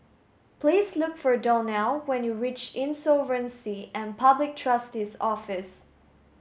please look for Donnell when you reach Insolvency and Public Trustee's Office